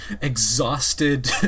exhausted